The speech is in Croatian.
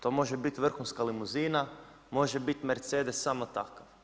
To može biti vrhunska limuzina, može biti mercedes samo takav.